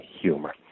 humor